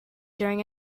during